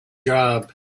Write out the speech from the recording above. job